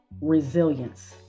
resilience